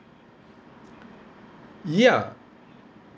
ya